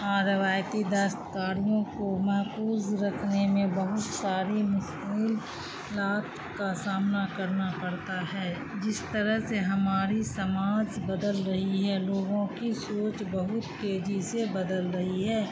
ہاں روایتی دستکاریوں کو محفوظ رکھنے میں بہت ساری مشکل لات کا سامنا کرنا پڑتا ہے جس طرح سے ہماری سماج بدل رہی ہے لوگوں کی سوچ بہت تیزی سے بدل رہی ہے